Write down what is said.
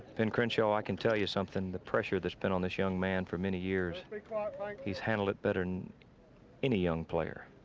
ben crenshaw i can tell you something. the pressure, thats been put on this young man for many years he has handled it better than any young player,